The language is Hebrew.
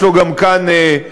יש לו גם כאן נציגים.